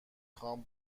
خوام